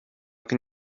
can